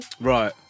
right